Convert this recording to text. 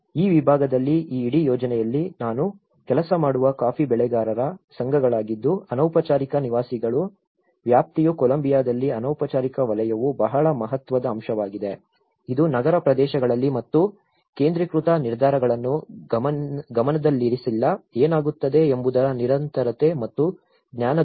ಈ ವಿಭಾಗದಲ್ಲಿ ಈ ಇಡೀ ಯೋಜನೆಯಲ್ಲಿ ನಾನು ಕೆಲಸ ಮಾಡುವ ಕಾಫಿ ಬೆಳೆಗಾರರ ಸಂಘಗಳಾಗಿದ್ದು ಅನೌಪಚಾರಿಕ ನಿವಾಸಿಗಳ ವ್ಯಾಪ್ತಿಯು ಕೊಲಂಬಿಯಾದಲ್ಲಿ ಅನೌಪಚಾರಿಕ ವಲಯವು ಬಹಳ ಮಹತ್ವದ ಅಂಶವಾಗಿದೆ ಇದು ನಗರ ಪ್ರದೇಶಗಳಲ್ಲಿ ಮತ್ತು ಕೇಂದ್ರೀಕೃತ ನಿರ್ಧಾರಗಳನ್ನು ಗಮನದಲ್ಲಿರಿಸಿಲ್ಲ ಏನಾಗುತ್ತದೆ ಎಂಬುದರ ನಿರಂತರತೆ ಮತ್ತು ಜ್ಞಾನದ ನಷ್ಟ